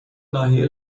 ناحیه